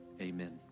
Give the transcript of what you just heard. amen